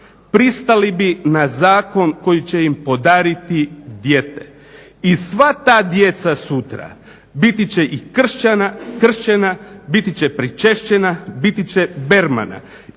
pristali bi na zakon koji će im podariti dijete. I sva ta djeca sutra, biti će i krštena, biti će pričešćena, biti će bermana.